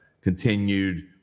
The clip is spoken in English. continued